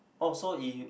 oh so if